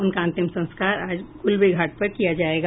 उनका अंतिम संस्कार आज गुलबी घाट पर किया जायेगा